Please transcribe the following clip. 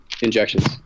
injections